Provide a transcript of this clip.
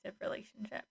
relationship